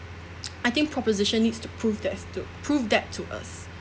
I think proposition needs to prove that to prove that to us